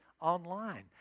online